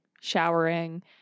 showering